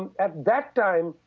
at that time,